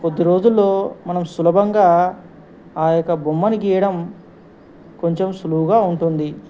కొద్ది రోజుల్లో మనం సులభంగా ఆ యొక్క బొమ్మను గీయడం కొంచెం సులువుగా ఉంటుంది